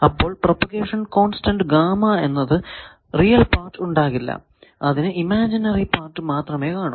അപ്പോൾ propagation constant gamma എന്നതിനു real part ഉണ്ടാകില്ല അതിനു ഇമാജിനറി പാർട്ട് മാത്രമേ കാണൂ